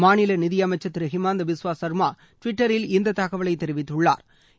மாநில நிதி அமைச்சர் திரு ஹிமந்த பிஸ்வா சர்மா டிவிட்டரில் இந்த தகவலை தெரிவித்துள்ளா்